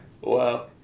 Wow